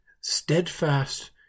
steadfast